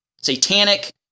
satanic